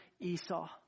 Esau